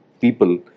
people